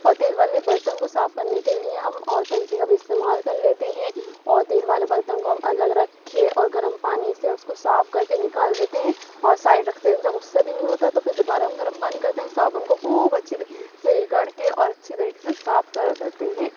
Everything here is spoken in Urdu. اور تیل والے برتن کو صاف کرنے کے لیے ہم اور طریقے کا بھی استعمال کر لیتے ہیں اور تیل والے برتن کو ہم الگ رکھ کے اور گرم پانی سے اس کو صاف کر کے نکال دیتے ہیں اور سائڈ رکھتے ہیں جب اس سے بھی نہیں ہوتا تو پھر دوبارہ ہم گرم پانی کرتے ہیں صابن کو خوب اچھے سے سے رگڑ کے اور اچھے طریقے سے صاف کرا کرتے ہیں